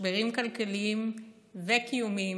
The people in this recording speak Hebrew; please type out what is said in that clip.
משברים כלכליים וקיומיים,